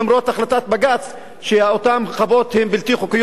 החלטת בג"ץ שאותן חוות הן בלתי חוקיות,